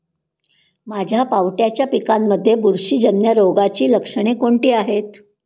माझ्या पावट्याच्या पिकांमध्ये बुरशीजन्य रोगाची लक्षणे कोणती आहेत?